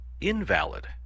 invalid